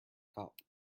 cop